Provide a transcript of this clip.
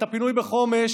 הפינוי בחומש,